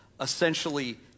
essentially